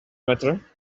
matter